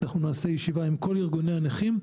נעשה ישיבה עם כל ארגוני הנכים,